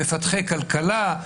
מפתחי כלכלה,